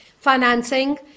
financing